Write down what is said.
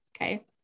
okay